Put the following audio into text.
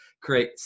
create